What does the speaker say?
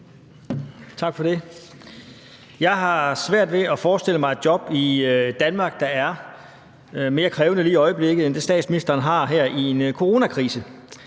Jeg har svært ved at forestille mig et job i Danmark, der er mere krævende lige i øjeblikket end det, statsministeren har her i en coronakrise.